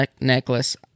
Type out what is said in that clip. necklace